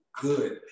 good